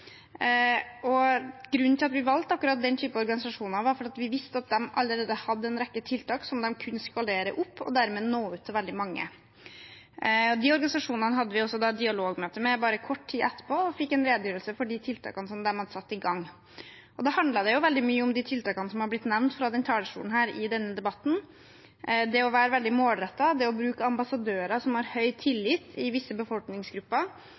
Og grunnen til at vi valgte akkurat den type organisasjoner, var at vi visste at de allerede hadde en rekke tiltak som de kunne skalere opp, og dermed nå ut til veldig mange. De organisasjonene hadde vi også dialogmøte med kort tid etterpå, og vi fikk en redegjørelse for de tiltakene som de hadde satt i gang. Da handlet det veldig mye om de tiltakene som har blitt nevnt fra talerstolen i denne debatten: det å være veldig målrettet, det å bruke ambassadører som har høy tillit i visse befolkningsgrupper,